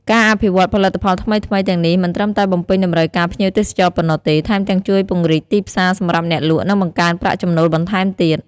ការអភិវឌ្ឍផលិតផលថ្មីៗទាំងនេះមិនត្រឹមតែបំពេញតម្រូវការភ្ញៀវទេសចរប៉ុណ្ណោះទេ ថែមទាំងជួយពង្រីកទីផ្សារសម្រាប់អ្នកលក់ និងបង្កើនប្រាក់ចំណូលបន្ថែមទៀត។